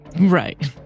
right